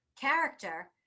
character